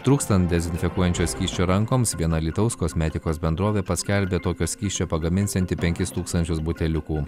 trūkstant dezinfekuojančio skysčio rankoms viena alytaus kosmetikos bendrovė paskelbė tokio skysčio pagaminsianti penkis tūkstančius buteliukų